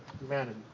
humanity